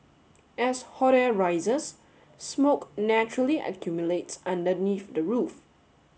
as hot air rises smoke naturally accumulates underneath the roof